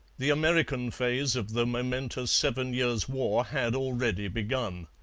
the american phase of the momentous seven years' war had already begun.